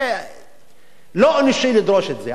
זה לא אנושי לדרוש את זה.